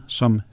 som